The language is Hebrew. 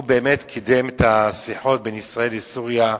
הוא באמת קידם את השיחות בין ישראל לסוריה.